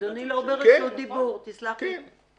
--- אדוני לא ברשות דיבור, תסלח לי.